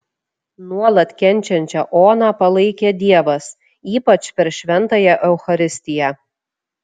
nuolat kenčiančią oną palaikė dievas ypač per šventąją eucharistiją